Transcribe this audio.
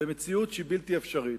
במציאות שהיא בלתי אפשרית.